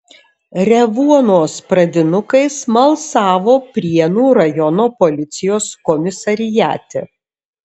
revuonos pradinukai smalsavo prienų rajono policijos komisariate